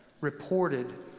reported